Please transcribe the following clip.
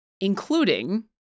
Including